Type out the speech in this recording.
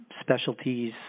specialties